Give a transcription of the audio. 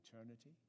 eternity